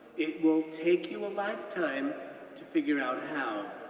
it will take you a lifetime to figure out how,